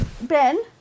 Ben